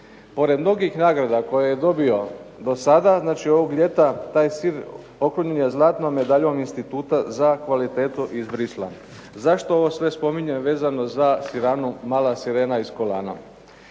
Pored mnogih nagrada koje je dobio do sada, znači ovog ljeta, taj sir okrunjen je zlatnom medaljom instituta za kvalitetu iz Bruxellesa. Zašto ovo sve spominjem vezano za siranu "Mala sirena" iz Kolana?